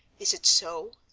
is it so?